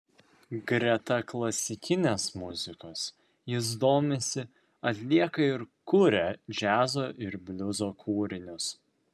greta klasikinės muzikos jis domisi atlieka ir kuria džiazo ir bliuzo kūrinius